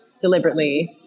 deliberately